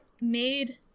made